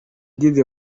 the